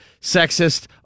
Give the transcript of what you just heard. sexist